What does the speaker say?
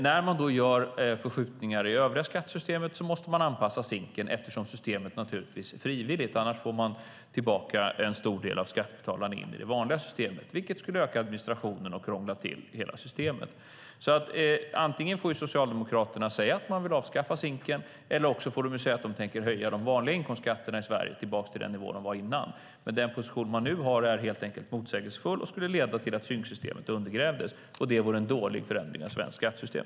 När man då gör förskjutningar i det övriga skattesystemet måste man anpassa SINK:en eftersom systemet naturligtvis är frivilligt. Annars får man tillbaka en stor del av skattebetalarna in i det vanliga systemet, vilket skulle öka administrationen och krångla till hela systemet. Antingen får Socialdemokraterna säga att de vill avskaffa SINK:en eller också får de säga att de tänker höja de vanliga inkomstskatterna i Sverige tillbaka till den nivå som de var på innan. Den position de nu har är motsägelsefull och skulle leda till att SINK-systemet undergrävdes, och det vore en dålig förändring av svenskt skattesystem.